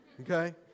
okay